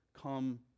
come